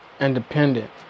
Independent